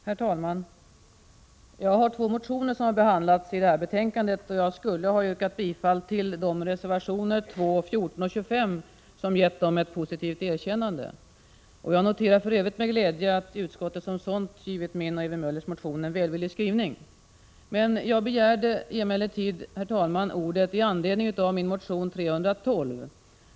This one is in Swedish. Herr talman! Jag har väckt två motioner som har behandlats i detta betänkande. Jag skulle ha yrkat bifall till de reservationer, 2, 14 och 25, som gett dem ett positivt erkännande. Jag noterar för övrigt med glädje att utskottet som sådant givit min och Ewy Möllers motion en välvillig skrivning. Jag begärde emellertid, herr talman, ordet i anledning av min motion Fi312.